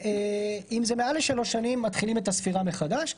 אם זה מעל לשלוש שנים, מתחילים את הספירה מחדש.